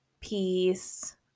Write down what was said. peace